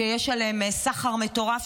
שיש עליהם סחר מטורף,